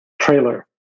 trailer